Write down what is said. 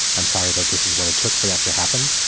i'm sorry that this is what it took for that to happen.